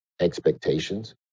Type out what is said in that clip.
expectations